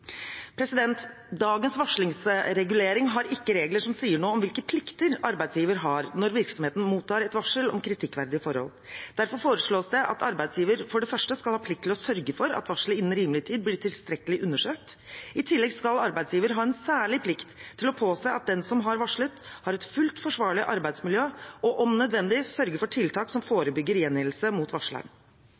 Dagens varslingsregulering har ikke regler som sier noe om hvilke plikter arbeidsgiver har når virksomheten mottar et varsel om kritikkverdige forhold. Derfor foreslås det at arbeidsgiver for det første skal ha plikt til å sørge for at varselet innen rimelig tid blir tilstrekkelig undersøkt. I tillegg skal arbeidsgiver ha en særlig plikt til å påse at den som har varslet, har et fullt forsvarlig arbeidsmiljø og – om nødvendig – sørge for tiltak som forebygger gjengjeldelse mot